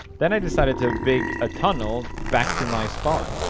then i decided to big a tunnel back to my spawn